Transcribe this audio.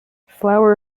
flour